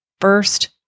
First